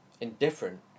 indifferent